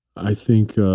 i think